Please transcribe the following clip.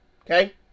Okay